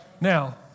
Now